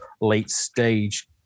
late-stage